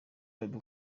bebe